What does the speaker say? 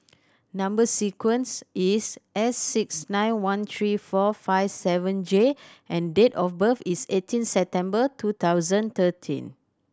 number sequence is S six nine one three four five seven J and date of birth is eighteen September two thousand thirteen